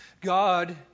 God